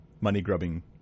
money-grubbing